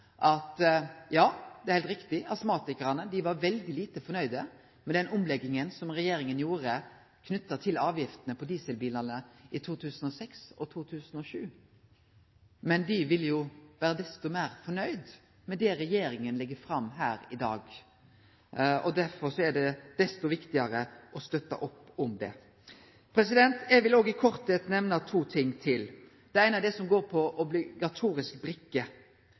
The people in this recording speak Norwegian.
at ja, det er heilt riktig, astmatikarane var veldig lite fornøgde med den omlegginga som regjeringa gjorde knytt til avgiftene på dieselbilane i 2006 og 2007. Men dei vil jo vere desto meir fornøgde med det regjeringa legg fram her i dag, og derfor er det desto viktigare å støtte opp om det. Eg vil òg kort nemne to ting til. Det eine er det som går på obligatorisk brikke.